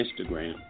Instagram